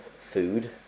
food